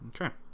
Okay